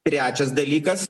trečias dalykas